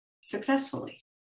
successfully